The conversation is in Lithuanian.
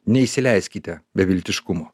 neįsileiskite beviltiškumo